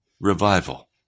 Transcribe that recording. revival